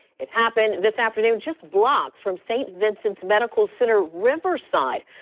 it happened this afternoon just blocks from st. vincent's medical center riverside.